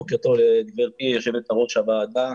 בוקר טוב לגברתי יושבת ראש הוועדה.